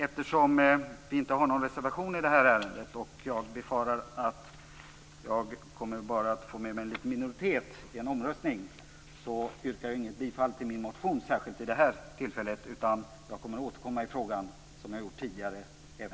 Eftersom vi inte har någon reservation i det här ärendet och jag befarar att jag bara skulle få med mig en liten minoritet i en omröstning yrkar jag inte bifall till min motion vid det här tillfället. Jag kommer att återkomma i frågan även nästa år, som jag gjort tidigare.